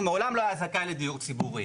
הוא מעולם לא היה זכאי לדיור ציבורי.